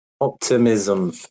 Optimism